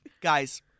Guys